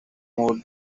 more